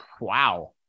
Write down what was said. wow